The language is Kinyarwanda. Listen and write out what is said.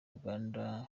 uganda